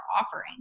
offering